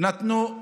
תודה רבה.